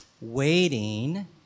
waiting